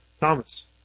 Thomas